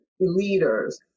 leaders